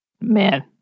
man